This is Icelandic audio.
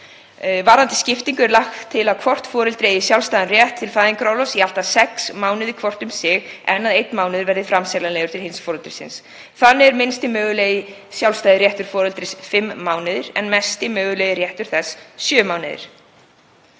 Varðandi skiptingu er lagt til að foreldri eigi sjálfstæðan rétt til fæðingarorlofs í allt að sex mánuði hvort um sig, en að einn mánuður verði framseljanlegur til hins foreldrisins. Þannig er minnsti mögulegi sjálfstæði réttur foreldris fimm mánuðir en mesti mögulegi réttur þess sjö mánuðir.